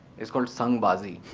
is called sangbazi.